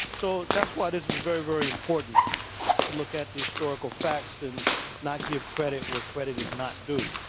so that's why this is very, very important to look at the historical facts and not give credit where credit is not do.